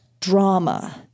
drama